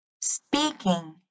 Speaking